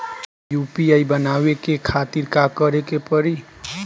UPI बनावे के खातिर का करे के पड़ी?